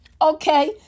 Okay